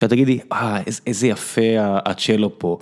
ואתה תגיד לי "אה, איז... איזה יפה ה... הצ'לו פה".